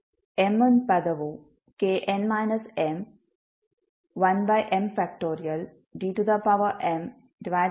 m ನೇ ಪದವು kn m1m